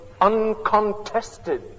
uncontested